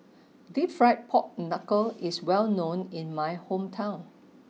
Deep Fried Pork Knuckle is well known in my hometown